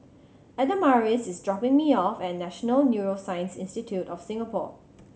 Adamaris is dropping me off at National Neuroscience Institute of Singapore